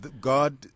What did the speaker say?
God